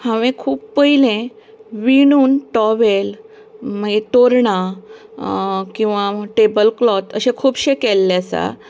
हांवें खूब पयलें विणून टाॅवेल मागीर तोरणां किंवां टेबल क्लोत अशें खुबशें केल्लें आसा